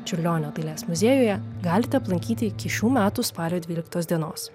čiurlionio dailės muziejuje galite aplankyti iki šių metų spalio dvyliktos dienos